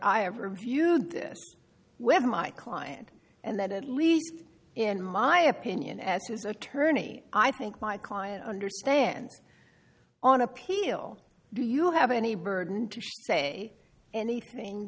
have reviewed this with my client and that at least in my opinion as his attorney i think my client understands on appeal do you have any burden to say anything